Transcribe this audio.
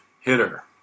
hitter